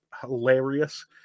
hilarious